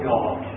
God